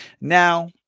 Now